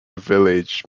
village